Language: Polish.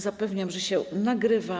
Zapewniam, że się nagrywa.